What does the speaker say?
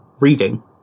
reading